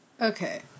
Okay